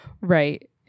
Right